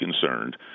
concerned